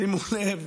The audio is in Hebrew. שימו לב